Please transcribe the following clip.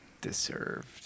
Deserved